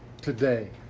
today